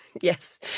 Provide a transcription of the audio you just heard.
Yes